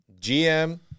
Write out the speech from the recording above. GM